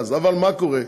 אבל מה קורה?